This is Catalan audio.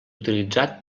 utilitzat